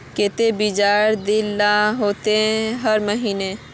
केते बियाज देल ला होते हर महीने?